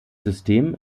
system